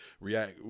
react